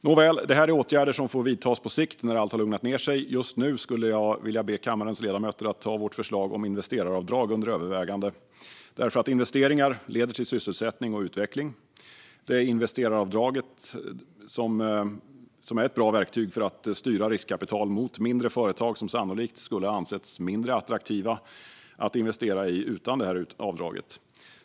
Nåväl, detta är åtgärder som får vidtas på sikt när allt har lugnat ner sig. Just nu skulle jag vilja be kammarens ledamöter att ta vårt förslag om investeraravdrag under övervägande. Investeringar leder till sysselsättning och utveckling, och då är investeraravdraget ett bra verktyg för att styra riskkapital mot mindre företag som sannolikt skulle anses mindre attraktiva att investera i utan detta avdrag.